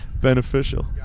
Beneficial